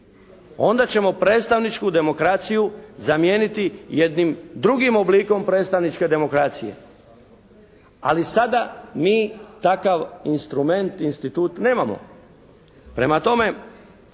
Onda ćemo predstavničku demokraciju zamijeniti jednim drugim oblikom predstavničke demokracije. Ali sada mi takav instrument, institut nemamo. Prema tome